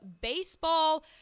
baseball